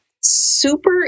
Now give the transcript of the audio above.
super